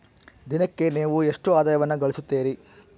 ದಿನಕ್ಕೆ ನೇವು ಎಷ್ಟು ಆದಾಯವನ್ನು ಗಳಿಸುತ್ತೇರಿ?